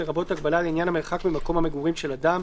לרבות הגבלה לעניין המרחק ממקום המגורים של אדם,